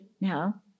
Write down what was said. now